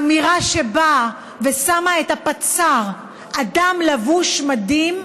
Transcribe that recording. אמירה שבאה ושמה את הפצ"ר, אדם לבוש מדים,